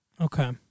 Okay